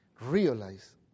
realize